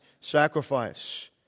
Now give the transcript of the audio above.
sacrifice